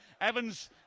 Evans